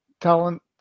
talent